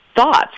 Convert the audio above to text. thoughts